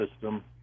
system